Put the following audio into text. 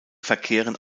verkehren